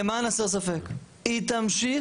למען הסר ספק, היא תמשיך